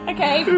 Okay